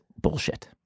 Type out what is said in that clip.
bullshit